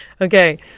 Okay